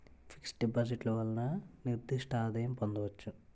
fix డిపాజిట్లు వలన నిర్దిష్ట ఆదాయం పొందవచ్చు